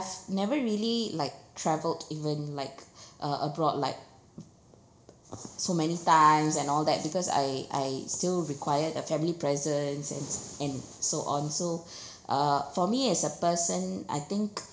~ve never really like traveled even like a~ abroad like so many times and all that because I I still required a family presence and s~ and so on so uh for me as a person I think